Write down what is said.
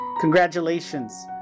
Congratulations